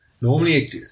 Normally